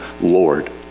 Lord